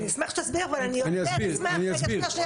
אני אשמח שתסביר, אבל אני יותר אשמח שתשיב לשאלה.